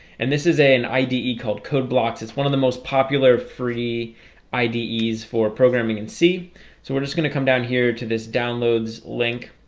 and this is an ide called code blocks it's one of the most popular free ide ah s for programming and c. so we're just gonna come down here to this downloads link